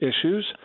issues